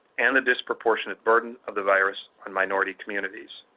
and the disproportionate burden of the virus on minority communities.